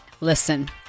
Listen